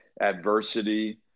adversity